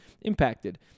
impacted